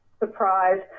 Surprise